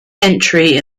entry